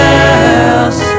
else